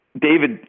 David